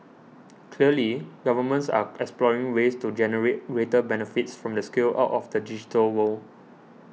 clearly governments are exploring ways to generate greater benefits from the scale out of the digital world